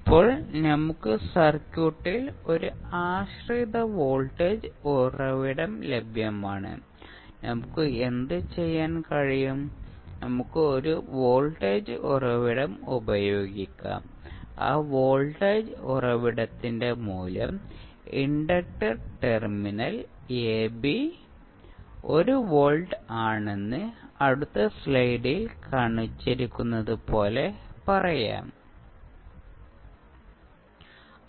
ഇപ്പോൾ നമുക്ക് സർക്യൂട്ടിൽ ഒരു ആശ്രിത വോൾട്ടേജ് ഉറവിടം ലഭ്യമാണ് നമുക്ക് എന്തുചെയ്യാൻ കഴിയും നമുക്ക് ഒരു വോൾട്ടേജ് ഉറവിടം ഉപയോഗിക്കാം ആ വോൾട്ടേജ് ഉറവിടത്തിന്റെ മൂല്യം ഇൻഡക്റ്റർ ടെർമിനൽ AB 1 വോൾട്ട് ആണെന്ന് അടുത്ത സ്ലൈഡിൽ കാണിച്ചിരിക്കുന്ന പോലെ പറയാം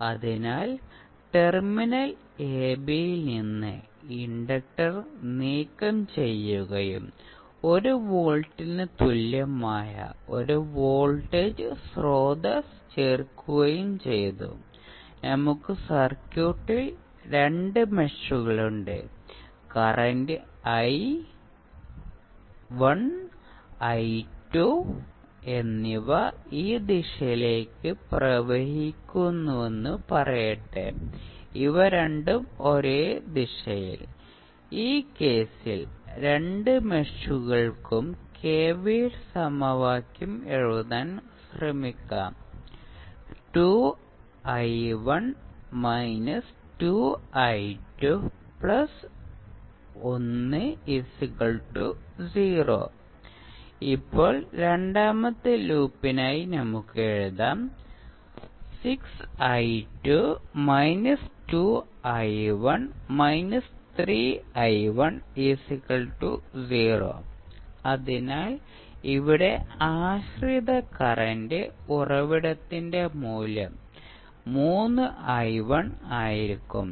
അതിനാൽ ടെർമിനൽ എബിയിൽ നിന്ന് ഇൻഡക്റ്റർ നീക്കം ചെയ്യുകയും 1 വോൾട്ടിന് തുല്യമായ ഒരു വോൾട്ടേജ് സ്രോതസ്സ് ചേർക്കുകയും ചെയ്തു നമുക്ക് സർക്യൂട്ടിൽ രണ്ട് മെഷുകളുണ്ട് കറന്റ് ഐ 1 ഐ 2 എന്നിവ ഈ ദിശയിലേക്ക് പ്രവഹിക്കുന്നുവെന്ന് പറയട്ടെ ഇവ രണ്ടും ഒരേ ദിശയിൽ ഈ കേസിൽ രണ്ട് മെഷുകൾക്കും കെവിഎൽ സമവാക്യം എഴുതാൻ ശ്രമിക്കാം ഇപ്പോൾ രണ്ടാമത്തെ ലൂപ്പിനായി നമുക്ക് എഴുതാം അതിനാൽ ഇവിടെ ആശ്രിത കറന്റ് ഉറവിടത്തിന്റെ മൂല്യം ആയിരിക്കും